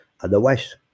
Otherwise